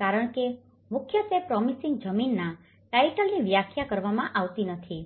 કારણ કે મુખ્યત્વે પ્રોમિસિંગ જમીનના ટાઈટલની વ્યાખ્યા કરવામાં આવી નથી